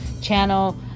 channel